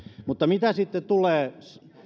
mutta mitä sitten tulee